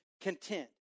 content